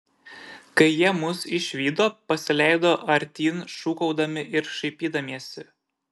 kai jie mus išvydo pasileido artyn šūkaudami ir šaipydamiesi